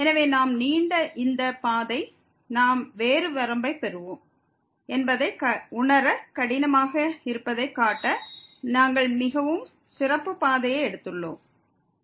இது மிகவும் பொதுவான உதாரணம் மற்றும் நீண்ட பாதை என்பது உணர கடினமாக உள்ளது என்பதைக் காட்ட நாங்கள் மிகவும் சிறப்பு வாய்ந்த பாதையை எடுத்துள்ளோம் பாதை நீண்டதாக இருந்தால் எங்களுக்கு வேறு வரம்பு கிடைக்கும்